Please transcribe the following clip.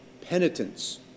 penitence